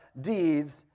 deeds